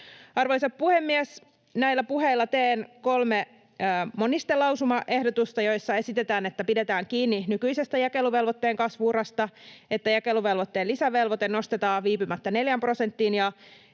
Arvoisa puhemies! Näillä puheilla teen kolme monistelausumaehdotusta, joissa esitetään, että pidetään kiinni nykyisestä jakeluvelvoitteen kasvu-urasta, että jakeluvelvoitteen lisävelvoite nostetaan viipymättä neljään prosenttiin